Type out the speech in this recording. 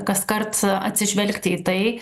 kaskart atsižvelgti į tai